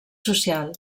social